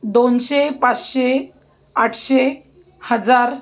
दोनशे पाचशे आठशे हजार